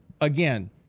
again